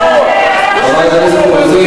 אין להם זכויות.